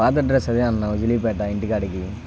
పాత అడ్రస్ అదే అన్నా హుజీలిపేట ఇంటికాడికి